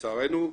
לצערנו.